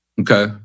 Okay